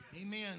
Amen